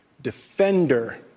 defender